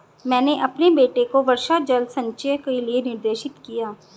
मैंने अपने बेटे को वर्षा जल संचयन के लिए निर्देशित किया